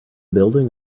building